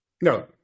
No